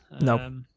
No